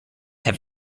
have